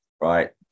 right